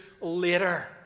later